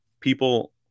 People